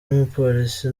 n’umupolisi